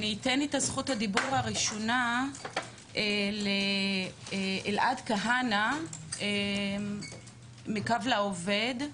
אני אתן את זכות הדיבור הראשונה לאלעד כהנא מ"קו לעובד".